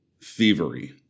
thievery